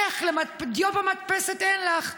איך לדיו במדפסת אין לך,